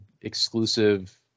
exclusive